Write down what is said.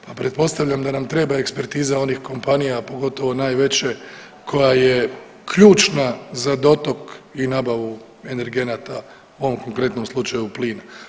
Pa pretpostavljam da nam treba ekspertiza onih kompanija, pogotovo najveće koja je ključna za dotok i nabavu energenata u ovom konkretnom slučaju plina.